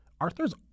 Arthur's